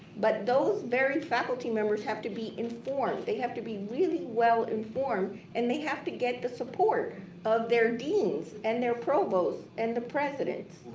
but those very faculty members have to be informed. they have to really well informed and they have to get the support of their deans and their provosts and the president.